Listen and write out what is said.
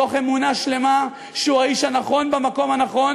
תוך אמונה שלמה שהוא האיש הנכון במקום הנכון